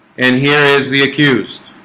and here is the accused